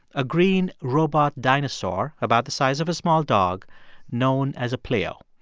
a green robot dinosaur about the size of a small dog known as a pleo.